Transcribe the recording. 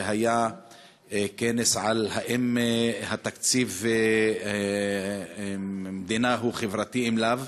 והיה כנס על השאלה האם תקציב המדינה הוא חברתי אם לאו,